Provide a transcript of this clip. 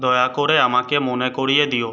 দয়া করে আমাকে মনে করিয়ে দিও